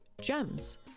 GEMS